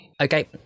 okay